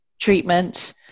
treatment